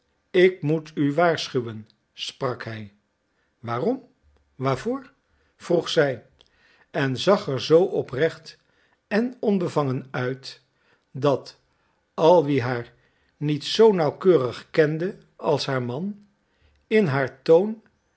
ik moet u waarschuwen sprak hij waarom waarvoor vroeg zij en zag er zoo oprecht en onbevangen uit dat al wie haar niet zoo nauwkeurig kende als haar man in haar toon